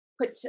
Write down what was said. put